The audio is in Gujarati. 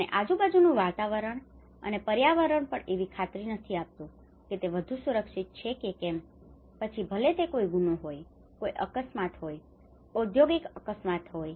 અને આજુબાજુનુ વાતાવરણ અને પર્યાવરણ પણ એવી ખાતરી નથી આપતું કે તે વધુ સુરક્ષિત છે કે કેમ પછી ભલે તે કોઈ ગુનો હોય કોઈ અકસ્માત હોય ઔદ્યોગિક અકસ્માત હોય